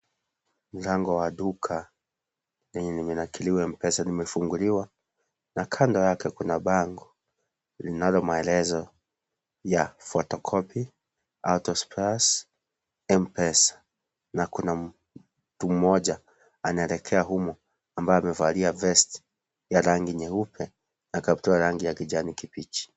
Mlango wa duka lenye limenakiliwa (cs)M-pesa(cs) limefunguliwa na kando yake kuna bango linalo maelezo ya (cs)Photocopy, Autospares, M-pesa(cs) na kuna mtu mmoja anaelekea humo ambaye amevalia (cs)vest(cs) ya rangi nyeupe na kaptura ya rangi ya kijani kibichi.